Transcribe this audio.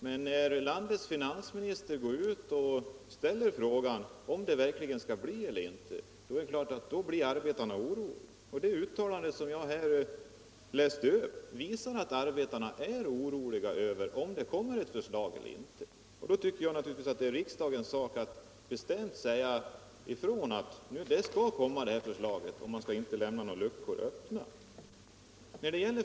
Men när landets finansminister går ut och ställer frågan om den verkligen skall bli av eller inte, är det klart att arbetarna blir oroliga. Det uttalande som jag här läste upp visar att ar betarna är oroliga och undrar om det skall bli ett förslag eller inte. Då tycker jag naturligtvis att det är riksdagens sak att bestämt säga ifrån att det här förslaget skall komma och att man inte skall lämna några luckor öppna.